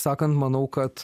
sakant manau kad